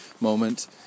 moment